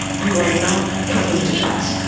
you are not coming to us.